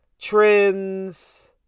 trends